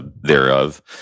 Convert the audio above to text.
thereof